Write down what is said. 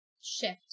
shift